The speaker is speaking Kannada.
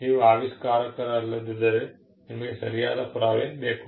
ನೀವು ಆವಿಷ್ಕಾರಕರಲ್ಲದಿದ್ದರೆ ನಿಮಗೆ ಸರಿಯಾದ ಪುರಾವೆ ಬೇಕು